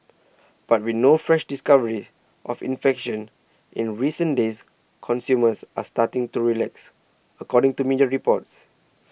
but with no fresh discoveries of infections in recent days consumers are starting to relax according to media reports